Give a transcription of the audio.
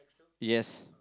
yes